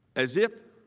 as if